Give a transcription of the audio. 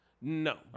No